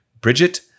Bridget